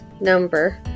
number